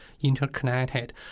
interconnected